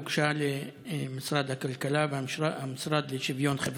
הוגשה למשרד הכלכלה ולמשרד לשוויון חברתי.